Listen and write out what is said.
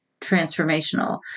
transformational